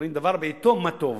אומרים: דבר בעתו, מה טוב.